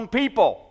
people